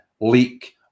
leak